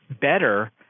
better